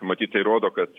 matyt tai rodo kad